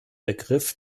begriff